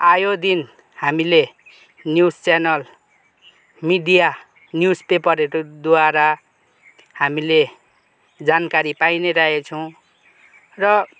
आयो दिन हामीले निउज च्यानल मिडिया निउज पेपरहरूद्वारा हामीले जानकारी पाइ नै रहेछौँ र